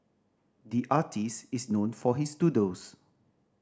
the artist is known for his doodles